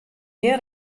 gjin